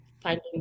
Finding